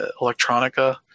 Electronica